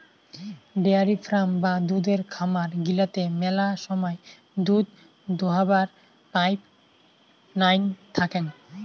dairy farm বা দুধের খামার গিলাতে মেলা সময় দুধ দোহাবার পাইপ নাইন থাকাং